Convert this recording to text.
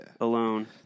alone